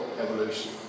evolution